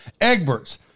Egbert's